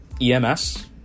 EMS